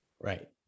Right